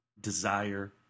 desire